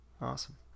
Awesome